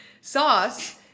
sauce